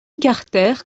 carter